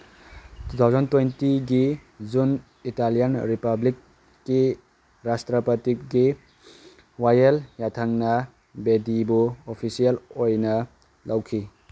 two thousand ꯇ꯭ꯋꯦꯟꯇꯤꯒꯤ June Italian ꯔꯤꯄꯥꯕ꯭ꯂꯤꯛꯀꯤ ꯔꯥꯁꯇ꯭ꯔꯄꯇꯤꯒꯤ ꯋꯥꯌꯦꯜ ꯌꯥꯊꯪꯅ ꯕꯦꯗꯤꯕꯨ ꯑꯣꯐꯤꯁꯤꯌꯦꯜ ꯑꯣꯏꯅ ꯂꯧꯈꯤ